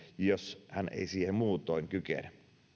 jos hän ei siihen muutoin kykene